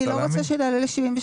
אני לא רוצה שתעלה ל-73,